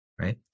Right